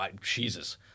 Jesus